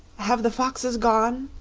have the foxes gone?